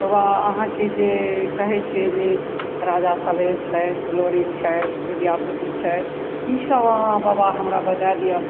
बाबा अहाँकेँ जे कहैत छियै जे राजा सलेश छथि लोरी छथि विद्यापति छथि ई सब अहाँ बाबा हमरा बता दिअऽ